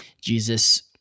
Jesus